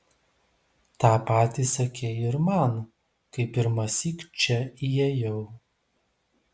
tą patį sakei ir man kai pirmąsyk čia įėjau